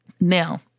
Now